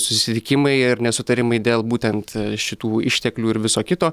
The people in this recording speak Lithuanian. susitikimai ir nesutarimai dėl būtent šitų išteklių ir viso kito